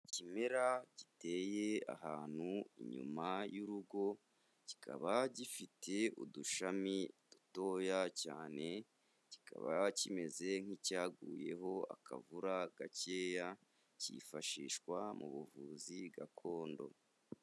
Ikimera giteye ahantu inyuma y'urugo, kikaba gifite udushami dutoya cyane, kikaba kimeze nk'icyaguyeho akavura gakeya, kifashishwa mu buvuzi gakondo.